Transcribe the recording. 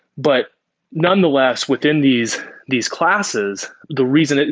but nonetheless, within these these classes, the reason,